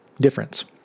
difference